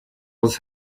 was